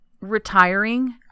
Retiring